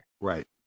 Right